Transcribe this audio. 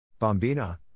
Bombina